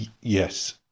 yes